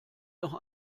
noch